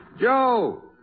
Joe